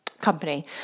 company